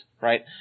right